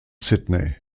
sydney